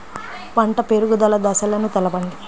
పంట పెరుగుదల దశలను తెలపండి?